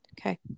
Okay